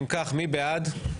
אם כך, מי בעד?